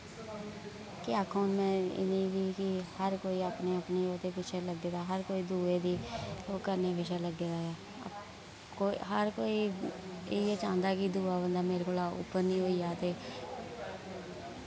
केह् आखां हु'न मैं इ'नेंगी कि हर कोई अपने अपने ओह्दे पिच्छै लग्गे दा हर कोई दुए दी ओह् करने पिच्छै लग्गे दा ऐ को हर कोई इयै चाहंदा कि दुआ बंदा मेरे कोला उप्पर निं होइया ते